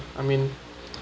I mean